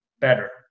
better